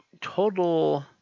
total